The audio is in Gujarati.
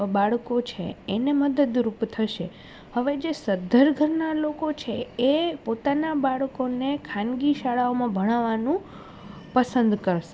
બાળકો છે એને મદદરૂપ થશે હવે જે સધ્ધર ઘરના લોકો છે એ પોતાના બાળકોને ખાનગી શાળાઓમાં ભણાવાનું પસંદ કરશે